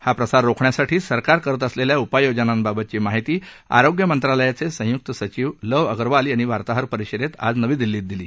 हा प्रसार रोखण्यासाठी सरकार करत असलेल्या उपाययोजनांबाबतची माहिती आरोग्य मंत्रालयाचे संयुक सचिव लव अगरवाल यांनी वार्ताहर परिषदेत आज नवी दिल्लीत दिली